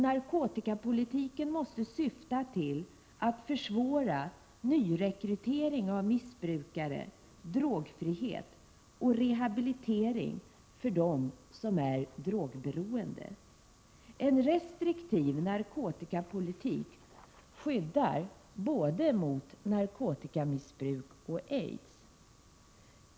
Narkotikapolitiken måste syfta till att försvåra nyrekrytering av missbrukare, till drogfrihet och rehabilitering för dem som är drogberoende. En restriktiv narkotikapolitik skyddar både mot narkotikamissbruk och mot aids.